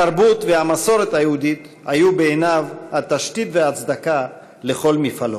התרבות והמסורת היהודית היו בעיניו התשתית וההצדקה לכל מפעלו.